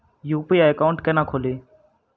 UPI account केना खोलि?